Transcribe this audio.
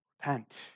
Repent